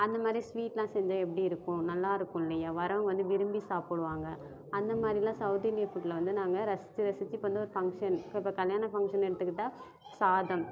அந்த மாதிரி ஸ்வீட்லாம் செஞ்சால் எப்படி இருக்கும் நல்லா இருக்கும் இல்லையா வரவங்க வந்து விரும்பி சாப்பிடுவாங்க அந்த மாதிரில்லாம் சவுத் இந்தியன் ஃபுட்டில் வந்து நாங்கள் ரசித்து ரசித்து இப்போ வந்து ஒரு ஃபங்க்ஷன் இப்பப்போ கல்யாணம் ஃபங்க்ஷன் எடுத்துக்கிட்டால் சாதம்